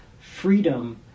freedom